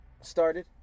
started